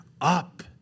up